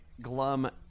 glum